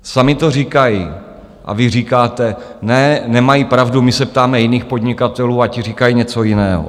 Sami to říkají, a vy říkáte ne, nemají pravdu, my se ptáme jiných podnikatelů a ti říkají něco jiného.